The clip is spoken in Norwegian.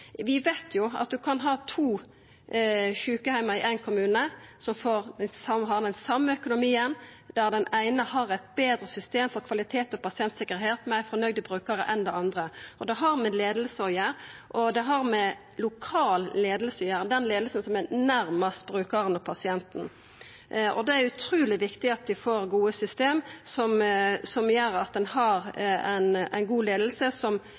Vi veit jo at ein kan ha to sjukeheimar i éin kommune, som har den same økonomien, der den eine har eit betre system for kvalitet og pasientsikkerheit og meir fornøgde brukarar enn den andre. Det har med leiing å gjera, og det har med lokal leiing å gjera, den leiinga som er nærmast brukaren og pasienten. Det er utruleg viktig at vi får gode system som gjer at ein har ei god leiing som